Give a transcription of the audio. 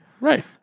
right